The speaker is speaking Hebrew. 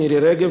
מירי רגב,